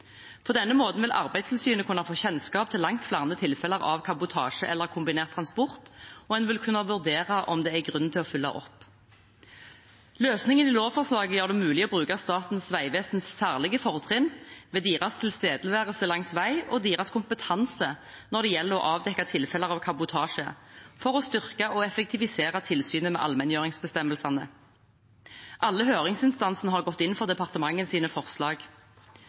På denne måten vil Arbeidstilsynet kunne få kjennskap til langt flere tilfeller av kabotasje eller kombinert transport, og en vil kunne vurdere om det er grunn til å følge opp. Løsningen i lovforslaget gjør det mulig å bruke Statens vegvesens særlige fortrinn, ved deres tilstedeværelse langs vei og deres kompetanse når det gjelder å avdekke tilfeller av kabotasje, for å styrke og effektivisere tilsynet med allmenngjøringsbestemmelsene. Alle høringsinstansene har gått inn for departementets forslag.